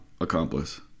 Accomplice